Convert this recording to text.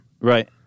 right